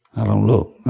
i don't look.